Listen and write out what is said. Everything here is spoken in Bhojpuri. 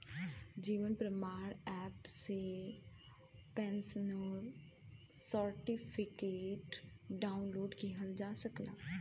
जीवन प्रमाण एप से पेंशनर सर्टिफिकेट डाउनलोड किहल जा सकला